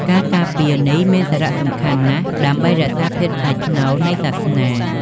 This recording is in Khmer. ការការពារនេះមានសារៈសំខាន់ណាស់ដើម្បីរក្សាភាពថ្លៃថ្នូរនៃសាសនា។